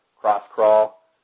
cross-crawl